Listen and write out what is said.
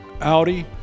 Audi